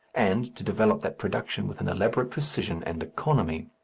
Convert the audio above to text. and to develop that production with an elaborate precision and economy.